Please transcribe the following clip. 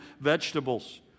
vegetables